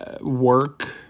work